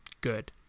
good